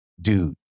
dude